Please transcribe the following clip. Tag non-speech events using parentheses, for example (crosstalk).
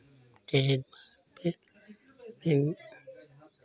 ठीक (unintelligible) ठीक